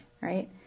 right